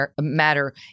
Matter